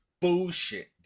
bullshit